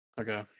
Okay